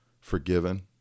forgiven